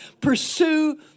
Pursue